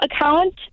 account